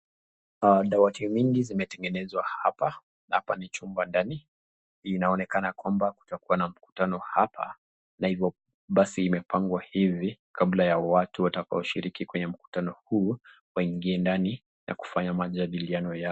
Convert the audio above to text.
Dawati mingi zimengenezwa hapa, hapa ni chumba ndani, inaonekana kwamba itakuwa na mkutano hapa, basi imepangwa hivi kabla ya watu kushiriki kwenye mkutano, huu waingie ndani na kufanya majadiliano.